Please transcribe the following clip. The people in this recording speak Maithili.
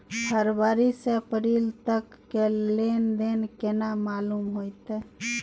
फरवरी से अप्रैल तक के लेन देन केना मालूम होते?